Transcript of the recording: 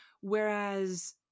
Whereas